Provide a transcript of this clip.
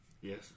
Yes